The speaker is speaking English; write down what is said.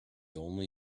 only